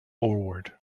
forward